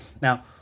Now